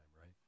right